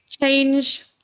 change